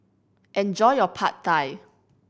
enjoy your Pad Thai